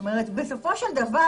בסופו של דבר,